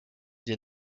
des